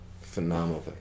Phenomenal